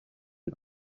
are